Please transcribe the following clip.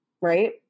right